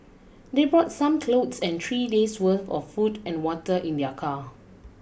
they brought some clothes and three days worth of food and water in their car